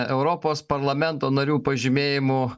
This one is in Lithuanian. europos parlamento narių pažymėjimų